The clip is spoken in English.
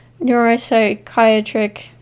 neuropsychiatric